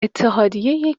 اتحادیه